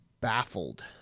baffled